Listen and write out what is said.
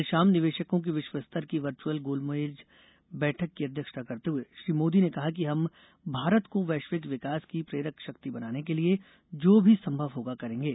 कल शाम निवेशकों की विश्व स्तर की वर्चुअल गोलमेज बैठक की अध्यक्षता करते हए श्री मोदी ने कहा कि हम भारत को वैश्विक विकास की प्रेरक शक्ति बनाने के लिए जो भी संभव होगा करेंगे